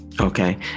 Okay